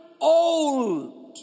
old